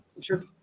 Sure